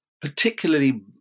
particularly